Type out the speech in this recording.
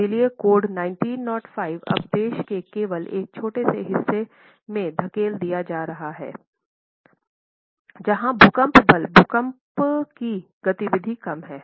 इसलिए code IS 1905 अब देश के केवल एक छोटे से हिस्से में धकेल दिया जा रहा है जहां भूकंप बल भूकंप की गतिविधि कम है